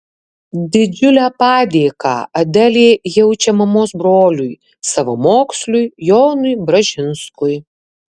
didžiulę padėką adelė jaučia mamos broliui savamoksliui jonui bražinskui